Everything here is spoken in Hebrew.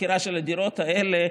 מכירה של הדירות האלה,